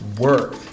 work